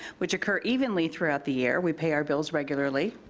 which occur evenly throughout the year we pay our bills regularly.